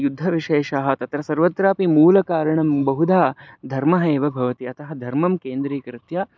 युद्धविशेषाः तत्र सर्वत्रापि मूलकारणं बहुधा धर्मः एव भवति अतः धर्मं केन्द्रीकृत्य